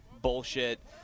bullshit